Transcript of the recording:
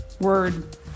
word